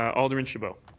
alderman chabot.